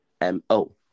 M-O